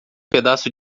pedaço